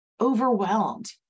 overwhelmed